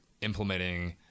implementing